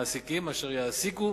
מעסיקים אשר יעסיקו